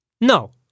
No